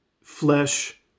flesh